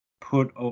put